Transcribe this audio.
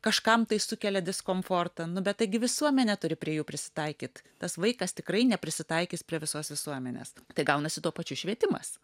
kažkam tai sukelia diskomfortą nu bet taigi visuomenė turi prie jų prisitaikyt tas vaikas tikrai neprisitaikys prie visos visuomenės tai gaunasi tuo pačiu švietimas